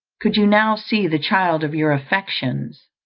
could you now see the child of your affections,